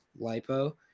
lipo